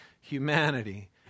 humanity